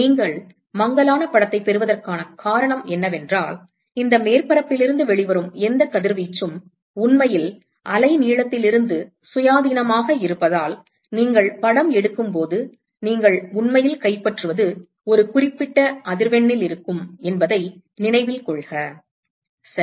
நீங்கள் மங்கலான படத்தைப் பெறுவதற்கான காரணம் என்னவென்றால் இந்த மேற்பரப்பில் இருந்து வெளிவரும் எந்த கதிர்வீச்சும் உண்மையில் அலைநீளத்திலிருந்து சுயாதீனமாக இருப்பதால் நீங்கள் படம் எடுக்கும்போது நீங்கள் உண்மையில் கைப்பற்றுவது ஒரு குறிப்பிட்ட அதிர்வெண்ணில் இருக்கும் என்பதை நினைவில் கொள்க சரி